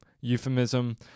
euphemism